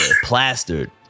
plastered